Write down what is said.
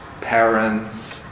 parents